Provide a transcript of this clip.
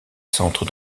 centres